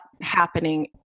happening